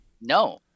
No